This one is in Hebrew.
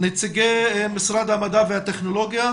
נציגי משרד המדע והטכנולוגיה.